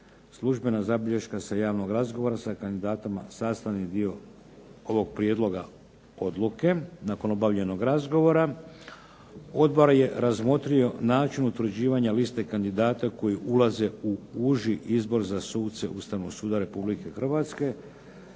Službena zabilješka sa javnog razgovora sa kandidatima je sastavni dio ovog prijedloga odluke. Nakon objavljene odluke odbor je odlučio način utvrđivanja liste kandidata koji ulaze u uži izbor za suce Ustavnog suda Republike Hrvatske.